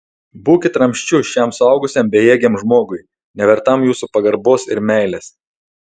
būkit ramsčiu šiam suaugusiam bejėgiam žmogui nevertam jūsų pagarbos ir meilės